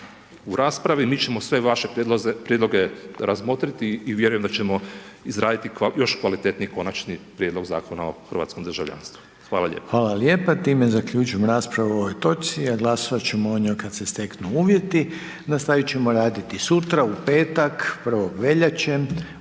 u raspravi, mi ćemo sve vaše prijedloge razmotriti i vjerujem da ćemo izraditi još kvalitetniji konačni prijedlog Zakona o hrvatskom državljanstvu. Hvala lijepo. **Reiner, Željko (HDZ)** Hvala lijepo. Time zaključujem raspravu o ovoj točci, a glasovati ćemo o njoj kada se steknu uvjeti. Nastaviti ćemo raditi sutra, u petak, 1. veljače